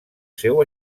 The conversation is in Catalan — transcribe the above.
seu